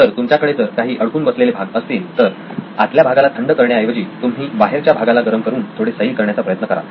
तर तुमच्याकडे जर काही अडकून बसलेले भाग असतील तर आतल्या भागाला थंड करण्याऐवजी तुम्ही बाहेरच्या भागाला गरम करून थोडे सैल करण्याचा प्रयत्न कराल